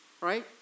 right